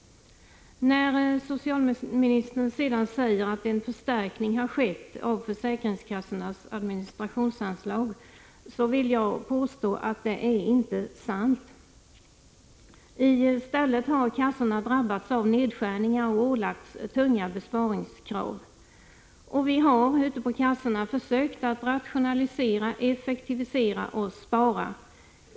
Socialministern säger att en förstärkning av försäkringskassornas administrationsanslag har skett. Jag vill påstå att detta inte är sant. I stället har kassorna drabbats av nedskärningar och ålagts tunga besparingskrav. Ute på kassorna har vi försökt att rationalisera, effektivisera och spara.